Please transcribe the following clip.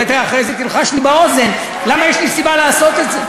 אולי אחרי זה תלחש לי באוזן למה יש לי סיבה לעשות את זה.